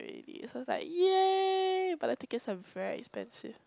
already so is like yay but the tickets are very expensive